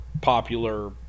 popular